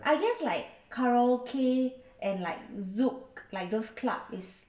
I guess like karaoke and like zouk like those club is